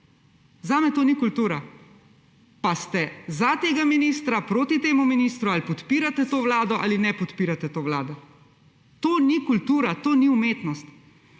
Zame to ni kultura, pa ste za tega ministra, proti temu ministru, ali podpirate to vlado ali ne podpirate te vlade, to ni kultura, to ni umetnost.